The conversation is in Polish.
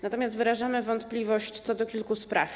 Natomiast wyrażamy wątpliwość co do kilku spraw.